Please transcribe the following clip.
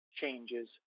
changes